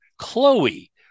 Chloe